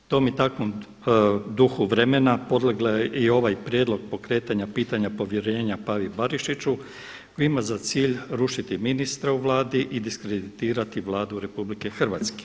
Tom i takvom duhu vremena podlegao je i ovaj Prijedlog pokretanja pitanja povjerenja Pavi Barišiću koji ima za cilj rušiti ministra u Vladi i diskreditirati Vladu Republike Hrvatske.